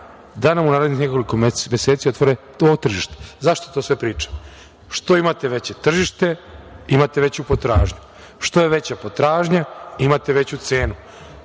da nam u narednih nekoliko meseci otvore to tržište.Zašto to sve pričam? Što imate veće tržište imate veću potražnju. Što je veća potražnja imate veću cenu,